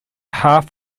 half